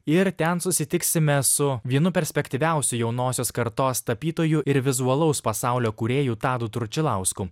ir ten susitiksime su vienu perspektyviausių jaunosios kartos tapytojų ir vizualaus pasaulio kūrėjų tadu tručilausku